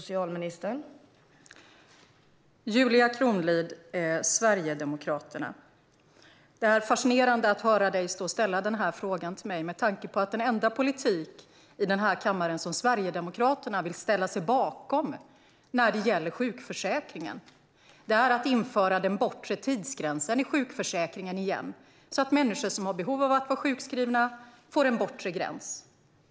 Fru talman! Det är fascinerande att höra Julia Kronlid ställa denna fråga till mig med tanke på att den enda politik som Sverigedemokraterna vill ställa sig bakom när det gäller sjukförsäkringen är att återinföra den bortre tidsgränsen i sjukförsäkringen, så att människor som har behov av att vara sjukskrivna får en bortre gräns.